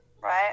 right